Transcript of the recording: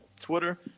Twitter